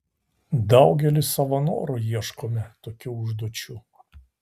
daugelis savo noru ieškome tokių užduočių